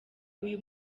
uyu